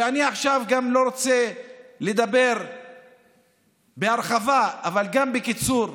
ואני לא רוצה לדבר עכשיו בהרחבה אלא בקיצור.